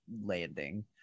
landing